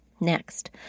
Next